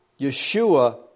Yeshua